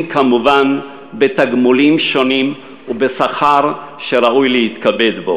כמובן בתגמולים שונים ובשכר שראוי להתכבד בו.